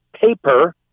paper